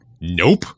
nope